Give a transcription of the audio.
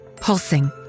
pulsing